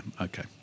okay